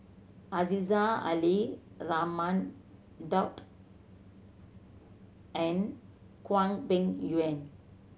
Aziza Ali Raman Daud and Hwang Peng Yuan